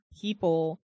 people